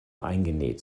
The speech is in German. eingenäht